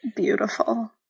Beautiful